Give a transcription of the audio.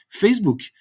Facebook